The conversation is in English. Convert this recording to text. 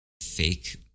fake